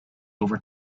over